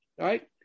right